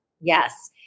Yes